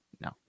no